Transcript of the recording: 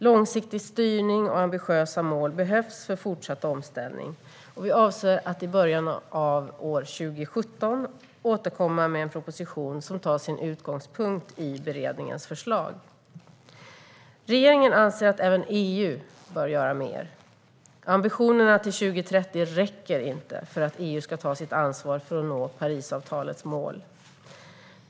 Långsiktig styrning och ambitiösa mål behövs för fortsatt omställning, och vi avser att i början av 2017 återkomma med en proposition som tar sin utgångspunkt i beredningens förslag. Regeringen anser att även EU bör göra mer. Ambitionerna till 2030 räcker inte för att EU ska ta sitt ansvar för att nå Parisavtalets mål.